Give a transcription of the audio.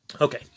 Okay